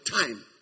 time